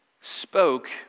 spoke